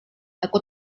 aku